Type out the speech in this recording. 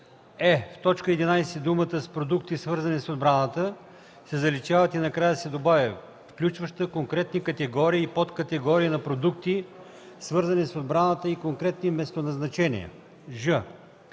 е) в т. 11 думите „с продукти, свързани с отбраната” се заличават, а накрая се добавя „включваща конкретни категории и подкатегории на продукти, свързани с отбраната, и конкретни местоназначения”;